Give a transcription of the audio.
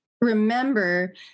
remember